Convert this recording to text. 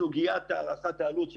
בסוגיית הערכת העלות,